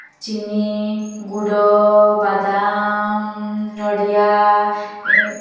ଚିନି ଗୁଡ଼ ବାଦାମ ନଡ଼ିଆ